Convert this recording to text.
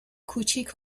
کوچیک